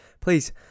Please